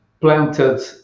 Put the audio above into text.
planted